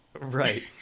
right